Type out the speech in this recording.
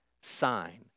sign